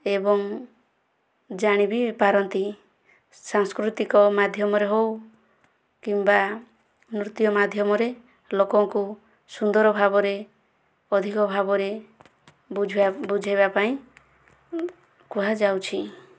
ଏବଂ ଜାଣି ବି ପାରନ୍ତି ସାଂସ୍କୃତିକ ମାଧ୍ୟମରେ ହେଉ କିମ୍ବା ନୃତ୍ୟ ମାଧ୍ୟମରେ ଲୋକଙ୍କୁ ସୁନ୍ଦର ଭାବରେ ଅଧିକ ଭାବରେ ବୁଝେଇବା ପାଇଁ କୁହାଯାଉଛି